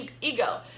ego